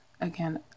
Again